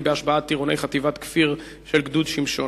בהשבעת טירוני חטיבת כפיר של גדוד שמשון.